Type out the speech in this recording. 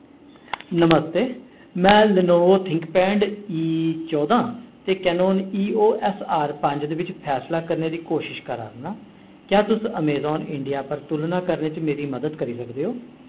नमस्ते में Lenovo ThinkPad E चौदां ते Canon E O S R पंज दे बिच्च फैसला करने दी कोशश करा'रना क्या तुस अमेजान इंडिया पर तुलना करने च मेरी मदद करी सकदे ओ